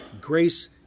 Grace